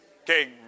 Okay